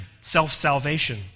self-salvation